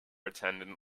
attendant